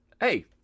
hey